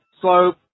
slope